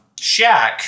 Shaq